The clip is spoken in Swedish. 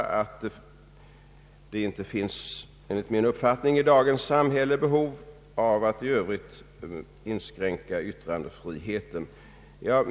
Det finns inte i dagens samhälle något behov av att inskränka yttrandefriheten.